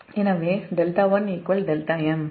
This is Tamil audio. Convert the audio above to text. எனவே 𝜹1 δm